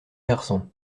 garçons